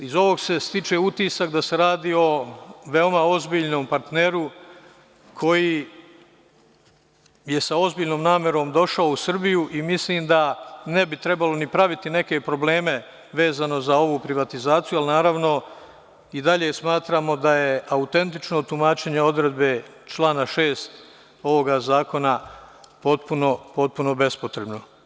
Iz ovog se stiče utisak da se radi o veoma ozbiljnom partneru koji je sa ozbiljnom namerom došao u Srbiju i mislim da ne bi trebalo ni praviti neke probleme vezano za ovu privatizaciju, ali naravno i dalje smatramo da je autentično tumačenje odredbe člana 6. ovog zakona potpuno bespotrebno.